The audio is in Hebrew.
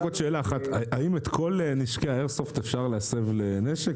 האם את כל נשקי האיירסופט אפשר להסב לנשק?